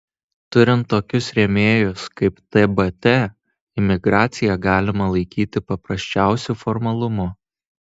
turint tokius rėmėjus kaip tbt imigraciją galima laikyti paprasčiausiu formalumu